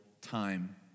time